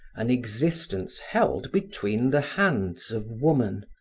an existence held between the hands of woman,